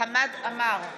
חמד עמאר,